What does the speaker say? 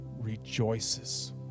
rejoices